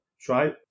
try